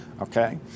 Okay